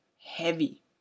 heavy